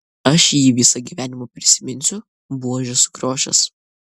aš jį visą gyvenimą prisiminsiu buožė sukriošęs